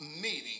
meeting